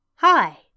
Hi